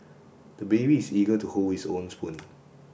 the baby is eager to hold his own spoon